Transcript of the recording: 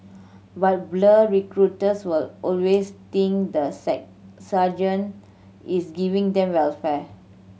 but blur recruits will always think the sergeant is giving them welfare